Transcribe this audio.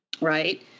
right